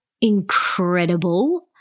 incredible